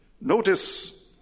notice